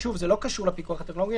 זה לא קשור לפיקוח הטכנולוגי,